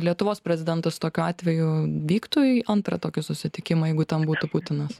lietuvos prezidentas tokiu atveju vyktų į antrą tokį susitikimą jeigu ten būtų putinas